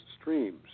streams